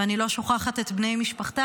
ואני לא שוכחת את בני משפחתה